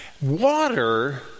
Water